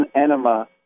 enema